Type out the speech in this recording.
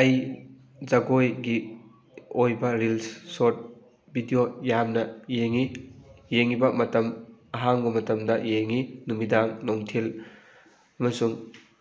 ꯑꯩ ꯖꯒꯣꯏꯒꯤ ꯑꯣꯏꯕ ꯔꯤꯜꯁ ꯁꯣꯔꯠ ꯚꯤꯗꯤꯑꯣ ꯌꯥꯝꯅ ꯌꯦꯡꯉꯤ ꯌꯦꯡꯉꯤꯕ ꯃꯇꯝ ꯑꯍꯥꯡꯕ ꯃꯇꯝꯗ ꯌꯦꯡꯉꯤ ꯅꯨꯃꯤꯗꯥꯡ ꯅꯨꯡꯊꯤꯜ ꯑꯃꯁꯨꯡ